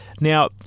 Now